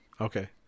Okay